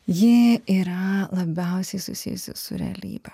ji yra labiausiai susijusi su realybe